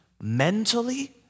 Mentally